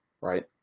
Right